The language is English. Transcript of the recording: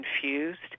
confused